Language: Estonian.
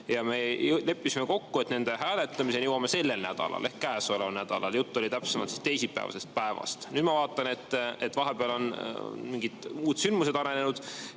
Me leppisime kokku, et nende hääletamiseni jõuame sellel nädalal ehk käesoleval nädalal. Jutt oli täpsemalt teisipäevast. Nüüd ma vaatan, et vahepeal on mingid muud sündmused arenenud